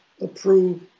approve